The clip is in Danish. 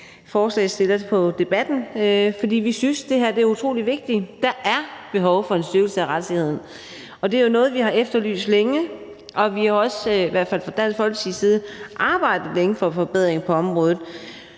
forslagsstillere af debatten, for vi synes, at det her er utrolig vigtigt. Der er behov for en styrkelse af retssikkerheden, og det er jo noget, vi har efterlyst længe. Og vi har i hvert fald også fra